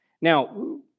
Now